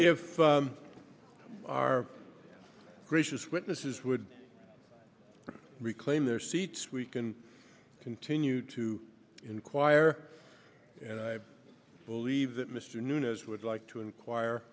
if our gracious witnesses would reclaim their seats we can continue to inquire and i believe that mr nunez would like to inquire